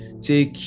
take